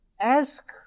ask